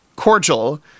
cordial